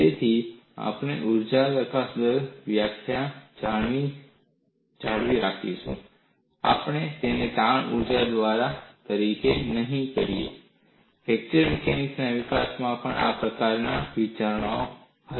તેથી આપણે ઊર્જા પ્રકાશન દર તરીકે વ્યાખ્યા જાળવી રાખીશું આપણે તેને તાણ ઊર્જા પ્રકાશન દર તરીકે નહીં કહીએ ફ્રેક્ચર મિકેનિક્સ ના વિકાસમાં પણ આ પ્રકારની વિચારસરણી હતી